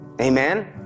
Amen